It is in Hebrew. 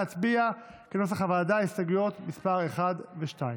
נא להצביע כנוסח הוועדה על סעיפים מס' 1 ו-2.